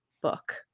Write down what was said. book